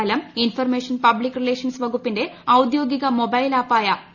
ഫലം information public relations വകുപ്പിന്റെ ഔദ്യോഗിക മൊബൈൽ ആപ്പായ പി